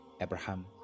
Abraham